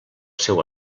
seu